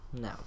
No